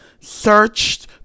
searched